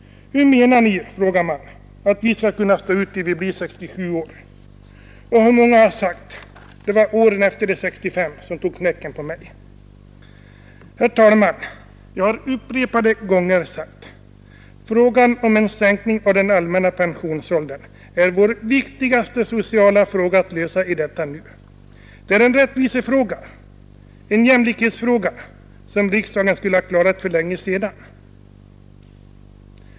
Hur menar ni att vi skall kunna stå ut till 67 år? Och hur många har inte sagt: Det var åren efter 65 som tog knäcken på mig. Herr talman! Jag har upprepade gånger sagt: Frågan om en sänkning av den allmänna pensionsåldern är den viktigaste sociala fråga vi i detta nu har att lösa. Det är en rättvisefråga, en jämlikhetsfråga som riksdagen borde ha löst för länge sedan.